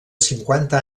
cinquanta